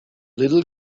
little